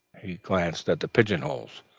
he glanced at the pigeon-holes,